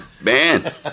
Man